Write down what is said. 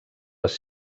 les